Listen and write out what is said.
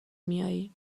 میائی